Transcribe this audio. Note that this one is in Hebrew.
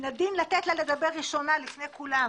מן הדין לתת לה לדבר ראשונה לפני כולם.